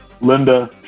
Linda